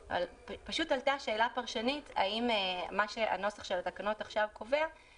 פשוט עלתה שאלה פרשנית האם הנוסח הנוכחי של התקנות אומר שלא